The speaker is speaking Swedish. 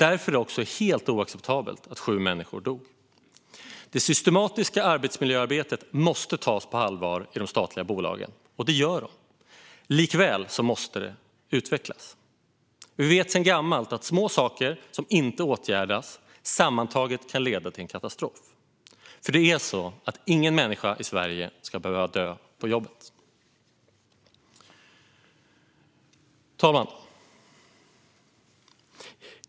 Därför är det helt oacceptabelt att sju människor dog. Det systematiska arbetsmiljöarbetet måste tas på allvar i de statliga bolagen. Och det gör man. Likväl måste det utvecklas. Vi vet sedan gammalt att små saker som inte åtgärdas sammantaget kan leda till en katastrof. Men ingen människa i Sverige ska behöva dö på jobbet. Fru talman!